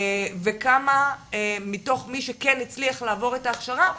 וכמה מתוך מי שכן הצליח לעבור את ההכשרה,